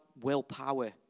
willpower